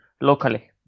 locally